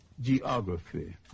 geography